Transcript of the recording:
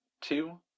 two